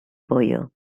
pollo